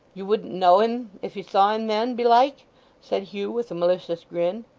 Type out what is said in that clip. you wouldn't know him if you saw him then, belike said hugh with a malicious grin.